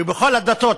בכל הדתות,